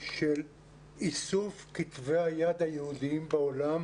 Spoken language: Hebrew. של איסוף כתבי היד היהודיים בעולם,